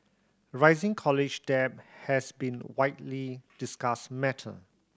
rising college debt has been widely discussed matter